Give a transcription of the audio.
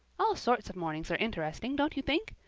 all sorts of mornings are interesting, don't you think?